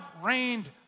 rained